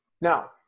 Now